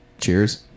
cheers